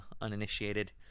uninitiated